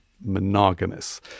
monogamous